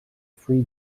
free